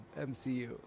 MCU